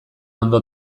ondo